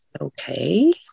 Okay